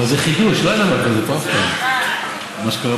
אתה בעד